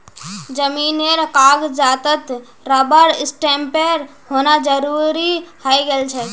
जमीनेर कागजातत रबर स्टैंपेर होना जरूरी हइ गेल छेक